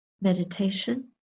meditation